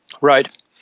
Right